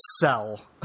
sell